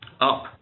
up